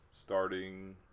starting